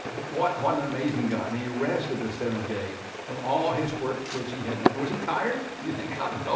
what what an an amazing god. and he rested the seventh day from all his work which he had done. was he tired? you think god, and so